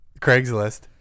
Craigslist